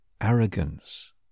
Arrogance